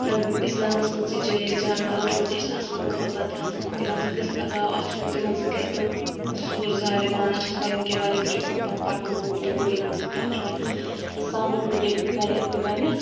اِسلامَس مَنٛز تہِ چھُ جٲیِز جانوَرَن ہُنٛد گَژھِ آسُن محبَت تِمَن سۭتۍ گژھِ لَگاو آسُن تِمَن سۭتۍ گَژھِ نہٕ سُہ ظالِمانہٕ ہُہ کَرُن کیٚنٛہہ وَلہٕ یِم چھِ گُپَن پَکناوو اوٗرۍ یِمَن سۭتۍ کتھ چھُ وۅنۍ سَنُن یہِ بَنیٚکھ تہِ بَنیٚکھ